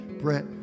Brett